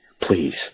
Please